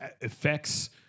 effects